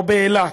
או באילת,